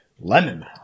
Lemon